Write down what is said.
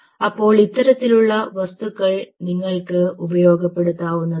അപ്പോൾ ഇത്തരത്തിലുള്ള വസ്തുക്കൾ നിങ്ങൾക്ക് ഉപയോഗപ്പെടുത്താവുന്നതാണ്